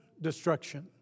destruction